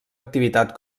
activitat